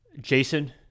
Jason